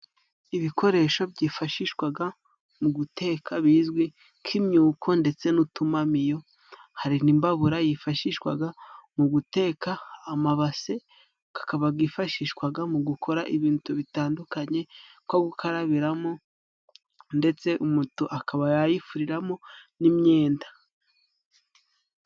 Ibikoresho byifashishwaga mu guteka bizwi k'imyuko ndetse n'utumamiyo hari n'imbabura yifashishwaga mu guteka, amabase kakaba byifashishwaga mu gukora ibintu bitandukanye nko gukarabiramo ndetse umutu akaba yayifuriramo n'imyenda.